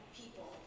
people